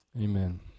amen